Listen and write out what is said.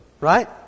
Right